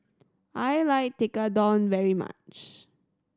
I like Tekkadon very much